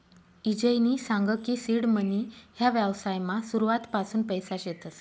ईजयनी सांग की सीड मनी ह्या व्यवसायमा सुरुवातपासून पैसा शेतस